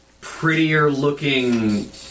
prettier-looking